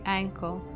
ankle